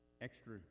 extra